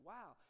Wow